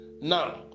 Now